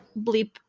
bleep